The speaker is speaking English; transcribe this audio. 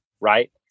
right